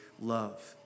love